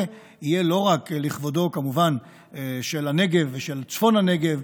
יהיה לא רק לכבודו של הנגב ושל צפון הנגב,